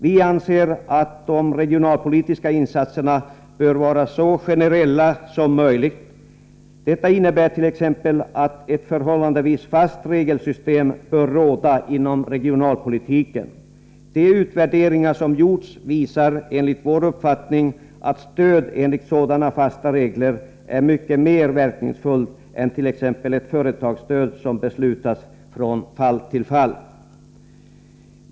Vi anser att de regionalpolitiska insatserna bör vara så generella som möjligt. Detta innebär t.ex. att ett förhållandevis fast regelsystem bör råda inom regionalpolitiken. De utvärderingar som gjorts visar enligt vår uppfattning att stöd enligt sådana fasta regler är mycket mer verkningsfullt än t.ex. ett företagsstöd som beslutas från fall till fall.